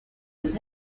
was